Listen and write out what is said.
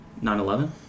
9-11